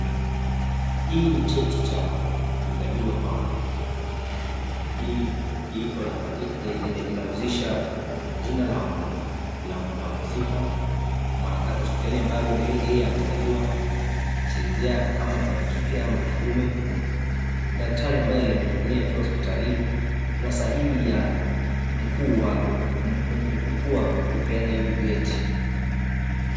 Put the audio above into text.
Hii ni cheti cha kuzaliwa kwa mtu. Inahusisha jina la mhusika, hospitali ambayo yeye amezaliwa, jinsia yake kama ni ya kike ama kiume, daktari ambae alimhudumia akiwa hospitalini na sahihi ya mkuu wa kupeana hivi vyeti.